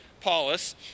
Paulus